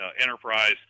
enterprise